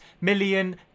million